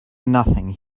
nothing